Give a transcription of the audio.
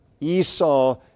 Esau